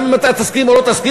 גם אם אתה תסכים או לא תסכים,